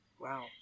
Wow